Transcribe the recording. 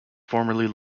formerly